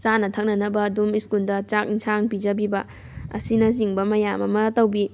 ꯆꯥꯅ ꯊꯛꯅꯅꯕ ꯑꯗꯨꯝ ꯁ꯭ꯀꯨꯜꯗ ꯆꯥꯛ ꯑꯦꯟꯁꯥꯡ ꯄꯤꯖꯕꯤꯕ ꯑꯁꯤꯅ ꯆꯤꯡꯕ ꯃꯌꯥꯝ ꯑꯃ ꯇꯧꯕꯤ